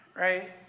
right